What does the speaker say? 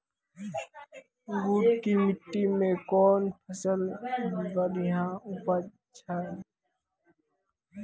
गुड़ की मिट्टी मैं कौन फसल बढ़िया उपज छ?